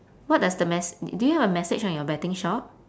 what does the mes~ d~ do you have a message on your betting shop